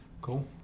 cool